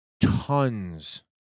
tons